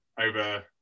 over